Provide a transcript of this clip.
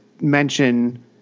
mention –